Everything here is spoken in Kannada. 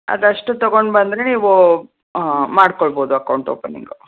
ಅದಷ್ಟು ತೊಗೊಂಡು ಬಂದರೆ ನೀವು ಮಾಡ್ಕೊಳ್ಬೋದು ಅಕೌಂಟ್ ಓಪನಿಂಗು